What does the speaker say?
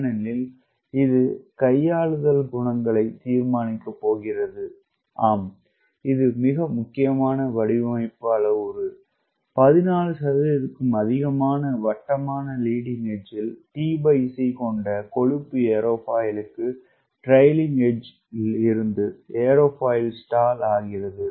ஏனெனில் இது கையாளுதல் குணங்களை தீர்மானிக்க போகிறது இது மிக முக்கியமான வடிவமைப்பு அளவுரு 14 க்கும் அதிகமான வட்டமான லீடிங் எட்ஜ்ல் tc கொண்ட கொழுப்பு ஏரோஃபாயிலுக்கு ட்ரைக்ளிங் எட்ஜ் இருந்து ஏரோஃபைல் ஸ்டால்கள் ஆகிறது